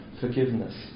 forgiveness